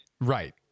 Right